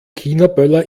chinaböller